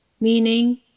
meaning